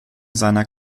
seiner